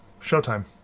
Showtime